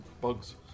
Bugs